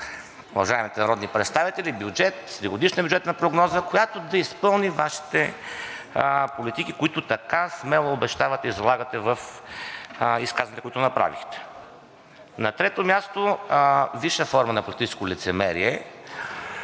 уважаемите народни представители бюджет, годишна бюджетна прогноза, която да изпълни Вашите политики, които така смело обещавате и залагате в изказванията, които направихте. На трето място, висша форма на политическо лицемерие